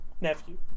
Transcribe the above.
nephew